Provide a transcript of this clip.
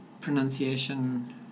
pronunciation